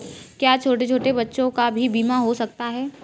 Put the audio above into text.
क्या छोटे छोटे बच्चों का भी बीमा हो सकता है?